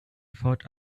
thought